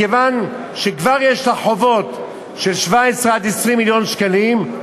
מכיוון שכבר יש לה חובות של 17 20 מיליון שקלים,